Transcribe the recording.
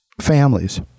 families